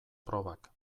probak